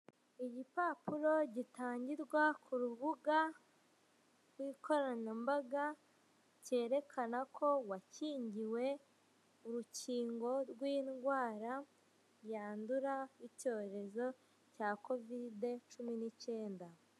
Igipapuro gitangirwa ku rubuga rw'ikoranabuhanga cyerekana ko wakingiwe urukingo rw'indwara yandura icyorezo cya covid cumi nicyenda.